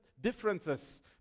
differences